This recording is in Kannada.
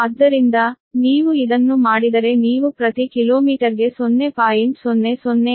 ಆದ್ದರಿಂದ ನೀವು ಇದನ್ನು ಮಾಡಿದರೆ ನೀವು ಪ್ರತಿ ಕಿಲೋಮೀಟರ್ಗೆ 0